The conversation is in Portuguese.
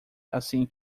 assim